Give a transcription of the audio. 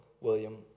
William